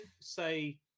say